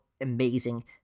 amazing